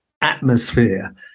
atmosphere